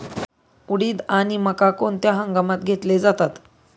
उडीद आणि मका कोणत्या हंगामात घेतले जातात?